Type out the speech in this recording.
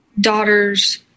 daughter's